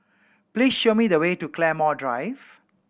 please show me the way to Claymore Drive